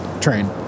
train